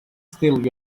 steal